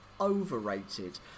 overrated